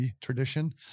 tradition